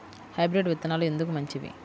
Hybrid విత్తనాలు ఎందుకు మంచివి?